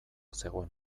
zegoen